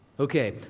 Okay